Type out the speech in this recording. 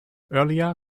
earlier